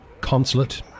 consulate